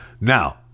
Now